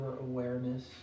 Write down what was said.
awareness